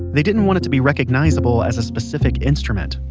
they didn't want it to be recognizable as a specific instrument.